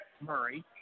Murray